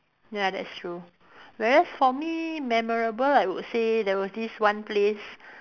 ya that's true whereas for me memorable I would say there was this one place